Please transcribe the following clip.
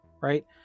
right